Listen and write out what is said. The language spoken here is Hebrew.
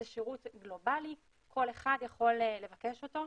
זה שירות גלובלי, כל אחד יכול לבקש אותו,